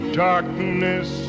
darkness